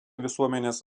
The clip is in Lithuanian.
visuomenės